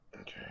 Okay